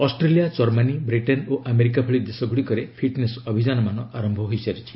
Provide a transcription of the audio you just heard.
Australia Germany Britain ଓ America ଭଳି ଦେଶଗୁଡ଼ିକରେ ଫିଟ୍ନେସ୍ ଅଭିଯାନମାନ ଆରମ୍ଭ ହୋଇସାରିଛି